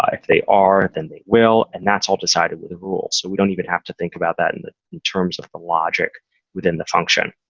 like they are, then they will, and that's all decided with a rule. so we don't even have to think about that and in terms of the logic within the function.